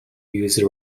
used